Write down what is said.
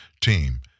team